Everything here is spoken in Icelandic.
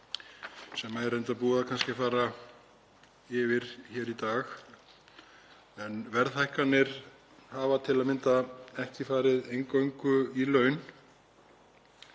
er kannski búið að fara yfir hér í dag. Verðhækkanir hafa til að mynda ekki farið eingöngu í laun.